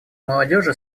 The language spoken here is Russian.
молодежи